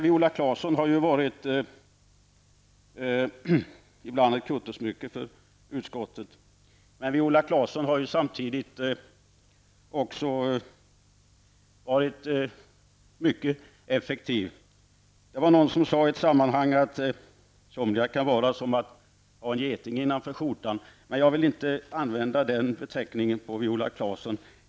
Viola Claesson har ju ibland varit ett kuttersmycke för utskottet, men hon har samtidigt varit mycket effektiv. Någon sade i ett sammanhang att somliga kan vara som en geting man har innanför skjortan. Jag vill inte använda den beskrivningen om Viola Claesson.